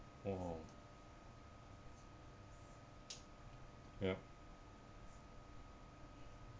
!wow! ya